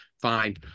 fine